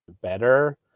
better